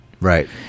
Right